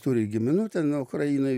turi giminių ten ukrainoj